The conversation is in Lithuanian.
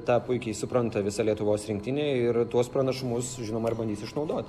tą puikiai supranta visa lietuvos rinktinė ir tuos pranašumus žinoma ir bandys išnaudot